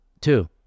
Two